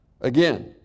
Again